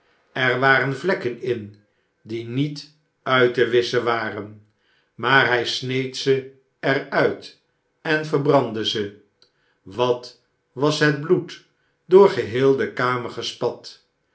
er waren vlekken in die niet uit te wisschen waren maar hij sneed ze er uit en verbrandde ze wat was het bloed door geheel de kamer gespat